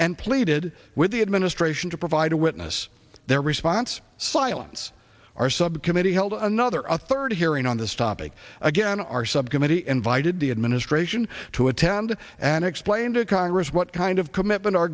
and pleaded with the administration to provide a witness their response silence our subcommittee held another of thirty hearing on this topic again our subcommittee invited the administration to attend and explain to congress what kind of commitment our